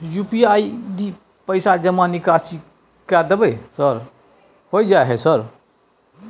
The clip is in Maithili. यु.पी.आई आई.डी से पैसा जमा निकासी कर देबै सर होय जाय है सर?